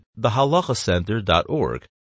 thehalachacenter.org